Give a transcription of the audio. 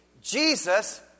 Jesus